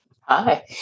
Hi